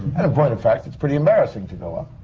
and a point of fact, it's pretty embarrassing to go up.